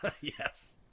Yes